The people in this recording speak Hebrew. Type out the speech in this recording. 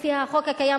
לפי החוק הקיים,